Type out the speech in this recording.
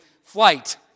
flight